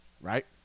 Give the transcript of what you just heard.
right